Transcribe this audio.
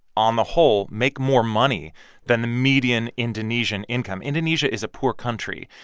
on the whole, make more money than the median indonesian income indonesia is a poor country,